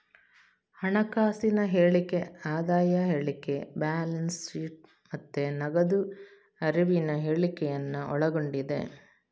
ಹಣಕಾಸಿನ ಹೇಳಿಕೆ ಆದಾಯ ಹೇಳಿಕೆ, ಬ್ಯಾಲೆನ್ಸ್ ಶೀಟ್ ಮತ್ತೆ ನಗದು ಹರಿವಿನ ಹೇಳಿಕೆಯನ್ನ ಒಳಗೊಂಡಿದೆ